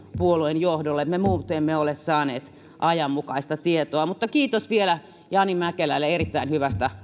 puolueen johdolle me muut emme ole saaneet ajanmukaista tietoa kiitos vielä jani mäkelälle erittäin hyvästä